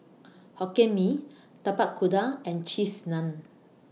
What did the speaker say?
Hokkien Mee Tapak Kuda and Cheese Naan